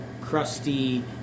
crusty